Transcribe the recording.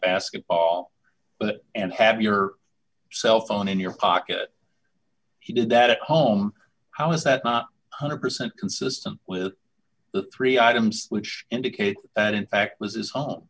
basketball and have your cell phone in your pocket he did that at home how is that not one hundred percent consistent with the three items which indicate that in fact was is